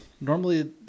normally